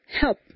help